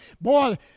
Boy